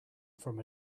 from